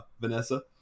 Vanessa